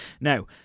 Now